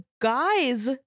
guy's